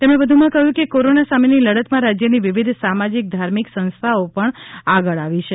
તેમણે વધુમાં કહ્યું કે કોરોના સામેની લડતમાં રાજ્યની વિવિધ સામાજિક ધાર્મિક સંસ્થાઓ પણ આગળ આવી છે